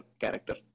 character